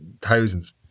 thousands